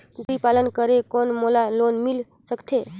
कूकरी पालन करे कौन मोला लोन मिल सकथे?